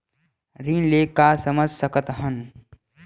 ऋण ले का समझ सकत हन?